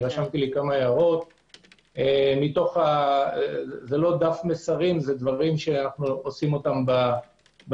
רשמתי כמה הערות - זה לא דף מסרים אלא דברים שאנו עושים אותם ביום-יום.